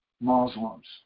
Muslims